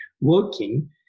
working